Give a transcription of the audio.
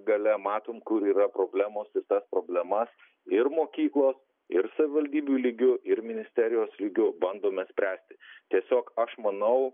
gale matom kur yra problemos ir tas problemas ir mokyklos ir savivaldybių lygiu ir ministerijos lygiu bandome spręsti tiesiog aš manau